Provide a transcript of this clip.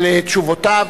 על תשובותיהם.